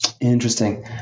Interesting